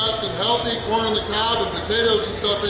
healthy corn on the cob and potatoes and